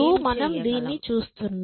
ఇప్పుడు మనం దీన్ని చూస్తున్నాం